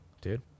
dude